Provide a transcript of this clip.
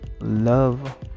love